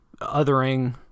othering